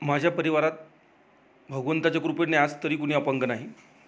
माझ्या परिवारात भगवंताच्या कृपेने आज तरी कुणी अपंग नाही